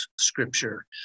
Scripture